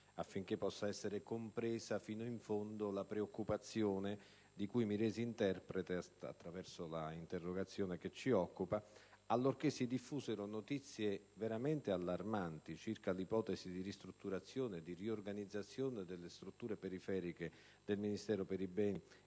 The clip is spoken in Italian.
affinché possa essere compresa fino in fondo la preoccupazione di cui mi resi interprete attraverso l'interrogazione di cui ci si occupa, allorché si diffusero notizie veramente allarmanti circa l'ipotesi di ristrutturazione e riorganizzazione delle strutture periferiche del Ministero per i beni